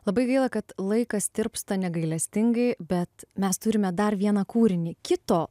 labai gaila kad laikas tirpsta negailestingai bet mes turime dar vieną kūrinį kito